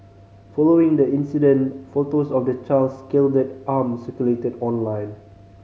following the incident photos of the child's scalded arm circulated online